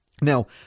Now